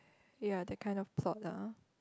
ya that kind of plot ah